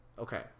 Okay